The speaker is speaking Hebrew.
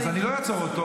-- אז אני לא אעצור אותו,